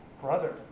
brother